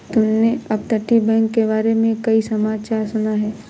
तुमने अपतटीय बैंक के बारे में कोई समाचार सुना है?